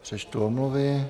Přečtu omluvy.